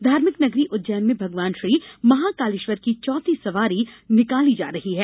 धार्मिक नगरी उज्जैन में भगवान श्री महाकालेश्वर की चौथी सवारी निकाली जा रही है